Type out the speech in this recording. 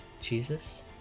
Jesus